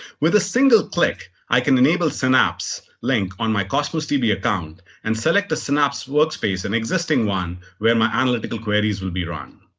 with a single click, i can enable synapse link on my cosmos db account and select the synapse workspace, an existing one where my analytical queries will be run.